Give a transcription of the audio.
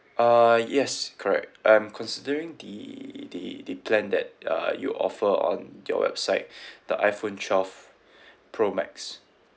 uh yes correct I'm considering the the the plan that uh you offer on your website the iphone twelve pro max